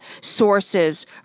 sources